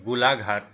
Golaghat